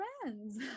friends